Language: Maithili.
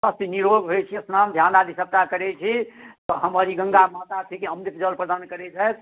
निरोग होइत छी स्नान ध्यान आदि सभटा करैत छी तऽ हमर ई गङ्गा माता ठीके अमृत जल प्रदान करैत छथि